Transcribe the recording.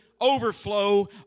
overflow